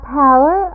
power